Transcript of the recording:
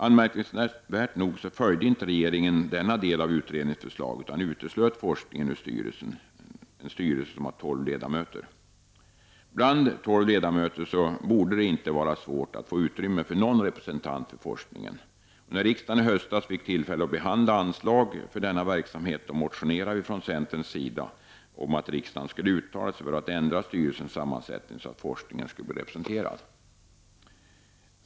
Anmärkningsvärt nog följde inte regeringen denna del av utredningens förslag utan uteslöt forskningen ur styrelsen, som har tolv ledamöter. Bland tolv ledamöter borde det inte vara svårt att få utrymme för någon representant för forskningen. När riksdagen i höstas fick tillfälle att behandla anslag för denna verksamhet motionerade centern om att riksdagen skulle uttala sig för att ändra styrelsens sammansättning, så att forskningen skulle bli representerad.